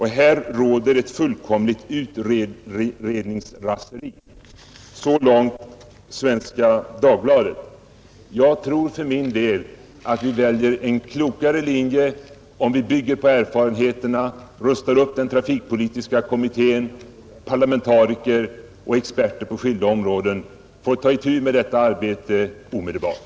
Här råder ett fullkomligt utredningsraseri.” Så långt Svenska Dagbladet. Jag tror för min del att vi väljer en klokare linje, om vi bygger på de erfarenheter som finns och rustar upp den trafikpolitiska delegationen, så att parlamentariker och experter på skilda områden får ta itu med detta arbete omedelbart.